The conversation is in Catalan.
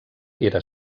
era